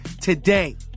today